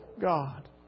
God